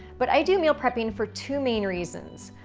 but i do meal prepping for two main reasons.